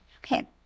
Okay